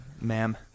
Ma'am